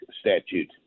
statute